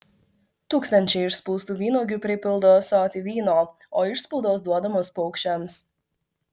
tūkstančiai išspaustų vynuogių pripildo ąsotį vyno o išspaudos duodamos paukščiams